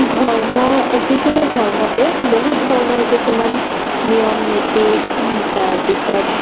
ধৰ্ম যিকোনো ধৰ্মতে বহুত ধৰণৰ কিছুমান নিয়ম নীতি তাৰ পিছত